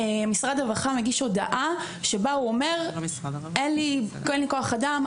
משרד הרווחה מגיש הודעה בה הוא אומר שאין לו כוח אדם,